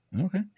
Okay